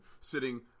sitting